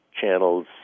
channels